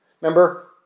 Remember